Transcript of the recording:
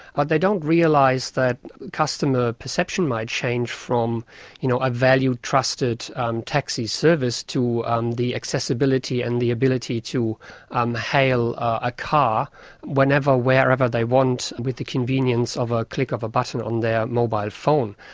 but they don't realise that customer perception might change from you know a valued, trusted taxi service to um the accessibility and the ability to um hail a car whenever, wherever they want, with the convenience of a click of a button on their mobile phone.